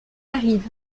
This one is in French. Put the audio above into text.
arrive